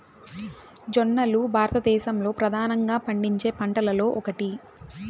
జొన్నలు భారతదేశంలో ప్రధానంగా పండించే పంటలలో ఒకటి